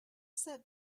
sat